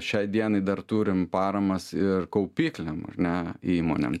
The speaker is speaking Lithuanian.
šiai dienai dar turim paramas ir kaupikliam ar ne įmonėm